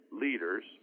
leaders